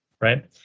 right